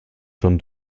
schon